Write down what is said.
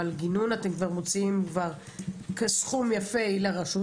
אבל גינון אתם כבר מוציאים סכום יפה לרשות,